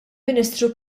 ministru